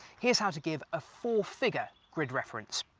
here's how to give a four-figure grid reference.